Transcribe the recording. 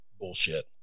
bullshit